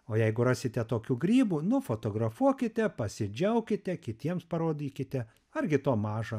o jeigu rasite tokių grybų nufotografuokite pasidžiaukite kitiems parodykite argi to maža